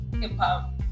hip-hop